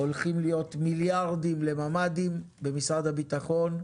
הולכים להיות מיליארדים לממ"דים במשרד הביטחון.